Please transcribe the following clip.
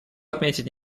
отметить